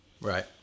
Right